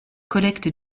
collecte